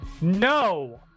No